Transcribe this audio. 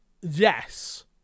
yes